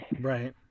Right